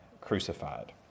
crucified